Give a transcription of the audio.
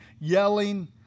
yelling